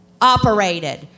operated